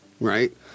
right